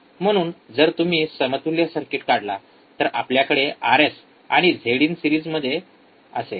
म्हणून जर तुम्ही समतुल्य सर्किट काढला तर आपल्याकडे आरएस आणि झेडइन सिरीजमध्ये असेल